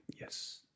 Yes